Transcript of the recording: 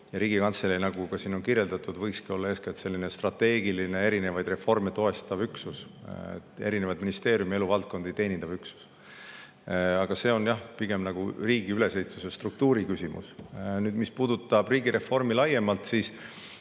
Riigikantselei, nagu ka siin on kirjeldatud, võikski olla eeskätt strateegiline, erinevaid reforme toestav üksus, erinevaid ministeeriume ja eluvaldkondi teenindav üksus. Aga see on jah pigem nagu riigi ülesehituse, struktuuri küsimus. Mis puudutab riigireformi laiemalt, siis